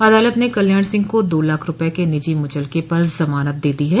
अदालत ने कल्याण सिंह को दो लाख रूपये के निजी मुचलके पर जमानत दे दी है